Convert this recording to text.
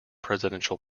presidential